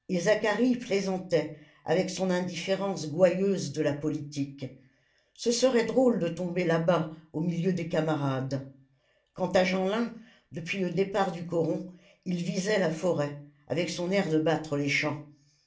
plaisantait avec son indifférence gouailleuse de la politique ce serait drôle de tomber là-bas au milieu des camarades quant à jeanlin depuis le départ du coron il visait la forêt avec son air de battre les champs